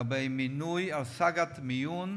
על סאגת מינוי